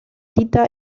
tita